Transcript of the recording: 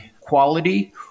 quality